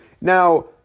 Now